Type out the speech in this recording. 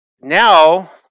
Now